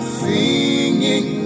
singing